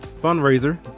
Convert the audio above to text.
Fundraiser